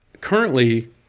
Currently